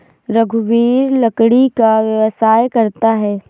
रघुवीर लकड़ी का व्यवसाय करता है